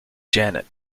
janet